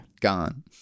gone